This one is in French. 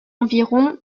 environ